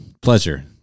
Pleasure